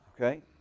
Okay